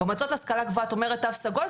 במועצה להשכלה גבוהה את אומרת תו סגול,